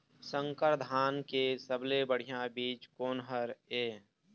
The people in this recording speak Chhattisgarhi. संकर धान के सबले बढ़िया बीज कोन हर ये?